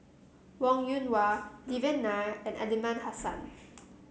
Wong Yoon Wah Devan Nair and Aliman Hassan